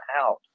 out